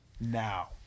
Now